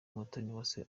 umutoniwase